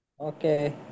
Okay